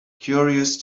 curious